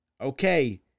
okay